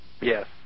yes